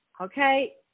okay